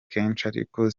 ariko